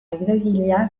gidoigilea